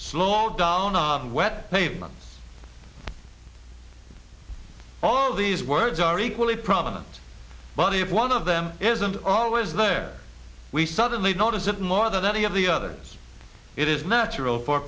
slow down on wet pavement all these words are equally prominent bunny if one of them isn't always there we suddenly notice it more than any of the others it is natural for